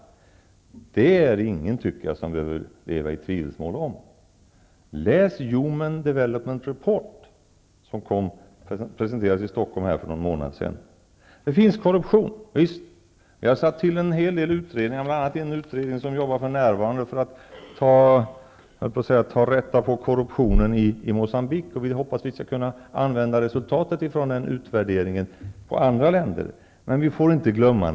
Det är inga som behöver leva i tvivelsmål om att resurserna gör nytta. Läs Human Stockholm för någon månad sedan. Visst finns det en hel del korruption. Jag har tillsatt en hel del utredningar, bl.a. en utredning som för närvarande arbetar med att se över korruptionen i Moçambique. Jag hoppas att vi skall kunna använda resultatet från den utredningen när det gäller andra länder.